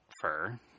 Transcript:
fur